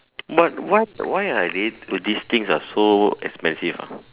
but why why are they these things are so expensive ah